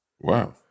Wow